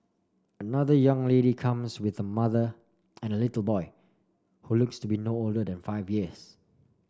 another young lady comes with her mother and a little boy who looks to be no older five years